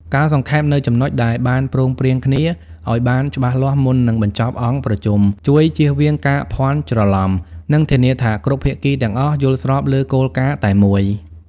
ការសង្ខេបនូវចំណុចដែលបានព្រមព្រៀងគ្នាឱ្យបានច្បាស់លាស់មុននឹងបញ្ចប់អង្គប្រជុំ ជួយជៀសវាងការភាន់ច្រឡំ និងធានាថាគ្រប់ភាគីទាំងអស់យល់ស្របលើគោលការណ៍តែមួយ។